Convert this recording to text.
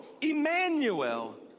Emmanuel